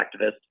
activists